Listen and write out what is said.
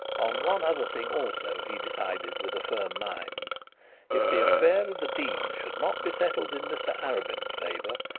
on one other thing also he decided with a firm mind if the affair of the dean should not be settled in mr arabin's favour,